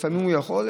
לפעמים הוא יכול,